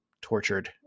tortured